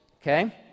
Okay